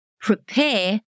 prepare